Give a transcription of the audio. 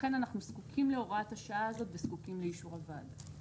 ולכן אנחנו זקוקים להוראת השעה הזאת וזקוקים לאישור הוועדה.